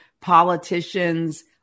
politicians